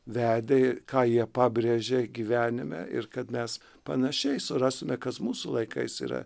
vedė ką jie pabrėžė gyvenime ir kad mes panašiai surastume kas mūsų laikais yra